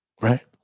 Right